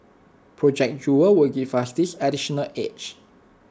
project jewel will give us this additional edge